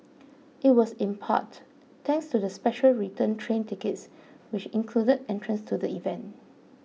it was in part thanks to the special return train tickets which included entrance to the event